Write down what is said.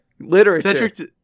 Literature